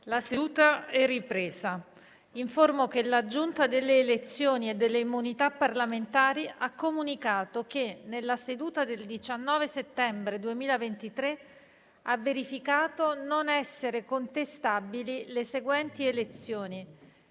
una nuova finestra"). Informo che la Giunta delle elezioni e delle immunità parlamentari ha comunicato che, nella seduta del 19 settembre 2023, ha verificato non essere contestabili le seguenti elezioni